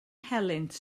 helynt